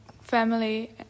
family